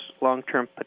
long-term